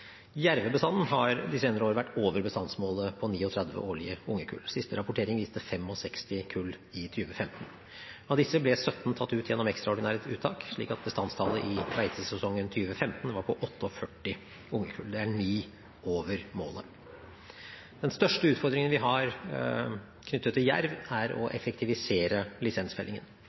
Jervebestanden har de senere år vært over bestandsmålet på 39 årlige ungekull. Siste rapportering viste 65 kull i 2015. Av disse ble 17 tatt ut gjennom ekstraordinære uttak, slik at bestandstallet i beitesesongen 2015 var på 48 ungekull. Det er ni over målet. Den største utfordringen vi har knyttet til jerv, er å effektivisere lisensfellingen.